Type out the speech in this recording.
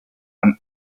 and